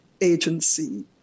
agency